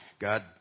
God